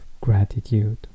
gratitude